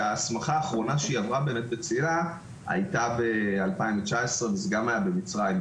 שההסמכה האחרונה שהיא עברה בצלילה הייתה ב-2019 וזה גם היה במצרים,